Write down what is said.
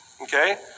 Okay